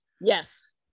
Yes